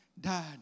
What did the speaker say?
died